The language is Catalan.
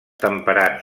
temperats